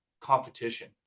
competition